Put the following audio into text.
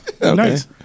Nice